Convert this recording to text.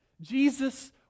Jesus